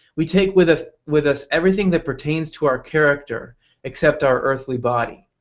we take with ah with us everything that pertains to our character except our earthly body.